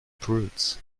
prudes